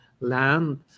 land